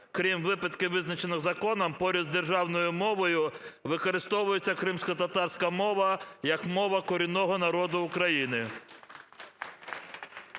крім випадків, визначених законом, поряд з державною мовою використовується кримськотатарська мова як мова корінного народу України".